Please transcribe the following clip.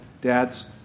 Dads